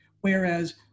Whereas